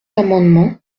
amendement